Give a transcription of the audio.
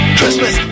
Christmas